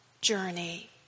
journey